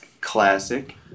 classic